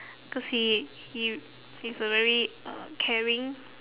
cause he he he's a very uh caring